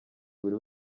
buri